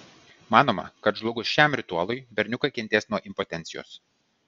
manoma kad žlugus šiam ritualui berniukai kentės nuo impotencijos